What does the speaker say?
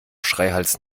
schreihals